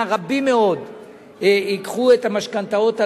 רבים מאוד ייקחו את המשכנתאות הללו,